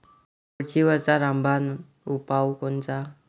कोळशीवरचा रामबान उपाव कोनचा?